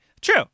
True